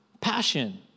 Passion